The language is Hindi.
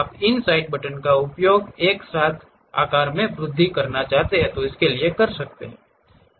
आप इन साइड बटन का उपयोग एक साथ आकार में वृद्धि करना चाहते हैं